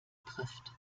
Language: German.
trifft